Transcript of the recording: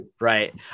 Right